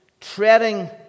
treading